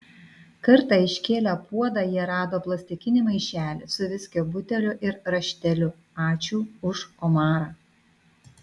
kartą iškėlę puodą jie rado plastikinį maišelį su viskio buteliu ir rašteliu ačiū už omarą